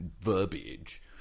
verbiage